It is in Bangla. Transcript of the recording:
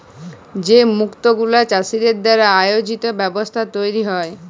যে মুক্ত গুলা চাষীদের দ্বারা আয়জিত ব্যবস্থায় তৈরী হ্যয়